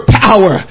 power